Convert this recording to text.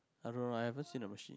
I don't know I haven't seen the worksheet